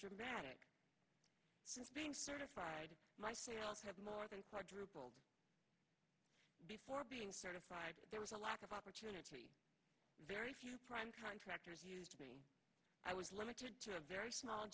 dramatic being certified my sales have more than par drupal before being certified there was a lack of opportunity very few prime contractors to me i was limited to a very small